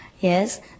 yes